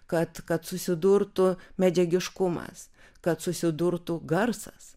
kad kad susidurtų medžiagiškumas kad susidurtų garsas